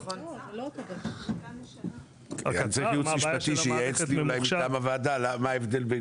אני צריך ייעוץ משפטי שייעץ לי אולי מטעם הוועדה מה ההבדל.